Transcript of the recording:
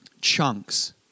chunks